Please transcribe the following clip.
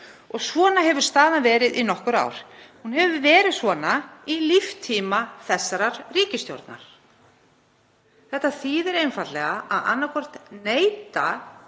Svona hefur staðan verið í nokkur ár, hún hefur verið svona í líftíma þessarar ríkisstjórnar. Þetta þýðir einfaldlega að annaðhvort neita